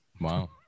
wow